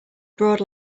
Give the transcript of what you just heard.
broad